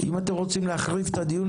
אם אתם רוצים להחריב את הדיון הזה,